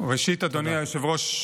ראשית, אדוני היושב-ראש,